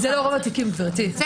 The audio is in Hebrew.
זה לא רוב התיקים.